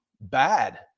bad